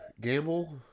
Gamble